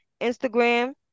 Instagram